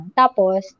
tapos